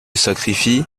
sacrifie